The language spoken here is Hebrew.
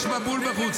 יש מבול בחוץ.